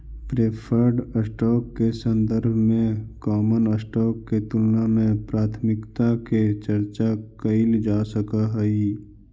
preferred stock के संदर्भ में कॉमन स्टॉक के तुलना में प्राथमिकता के चर्चा कैइल जा सकऽ हई